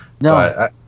No